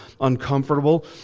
uncomfortable